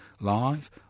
live